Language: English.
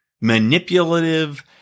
Manipulative